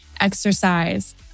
exercise